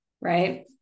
right